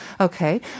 okay